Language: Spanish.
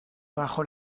bajo